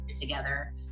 together